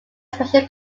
special